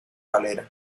valera